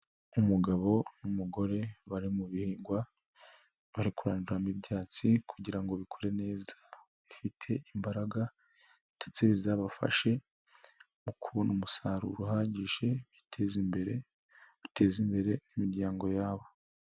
Umugabo n'umugore bari mu bihingwa, bari kuranduramo ibyatsi kugira ngo bikure neza bifite imbaraga ndetse bizabafashe mu kubona umusaruro uhagije biteza imbere, bateze imbere imiryango yabo.